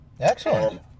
excellent